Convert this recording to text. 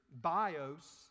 bios